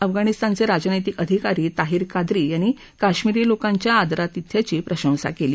अफागणिस्तानघे राजनैतिक अधिकारी ताहीर कादरी यांनी कशमीरी लोकांच्या आदरातिथ्याची प्रशंसा केली